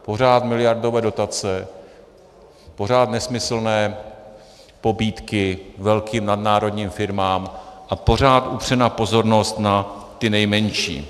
Pořád miliardové dotace, pořád nesmyslné pobídky velkým nadnárodním firmám a pořád upřená pozornost na ty nejmenší.